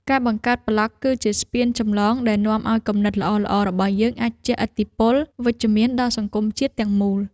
ការបង្កើតប្លក់គឺជាស្ពានចម្លងដែលនាំឱ្យគំនិតល្អៗរបស់យើងអាចជះឥទ្ធិពលវិជ្ជមានដល់សង្គមជាតិទាំងមូល។